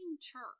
church